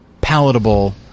palatable